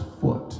foot